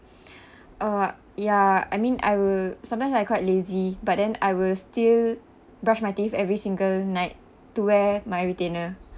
uh ya I mean I will sometimes I quite lazy but then I will still brush my teeth every single night to wear my retainer